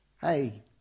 Hey